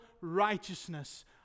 righteousness